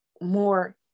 more